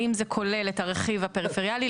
האם זה כולל את הרכיב הפריפריאלי.